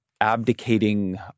abdicating